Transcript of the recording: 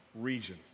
region